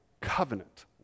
covenant